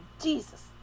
Jesus